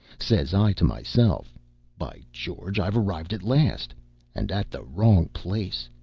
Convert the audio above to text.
says i to myself by george, i've arrived at last and at the wrong place,